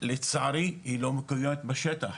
לצערי היא לא מקודמת בשטח.